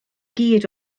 gyd